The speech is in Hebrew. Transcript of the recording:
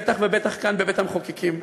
בטח ובטח כאן בבית-המחוקקים.